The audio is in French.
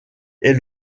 est